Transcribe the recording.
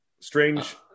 Strange